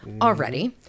already